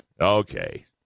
Okay